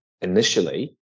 initially